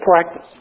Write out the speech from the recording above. practice